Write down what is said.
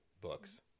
books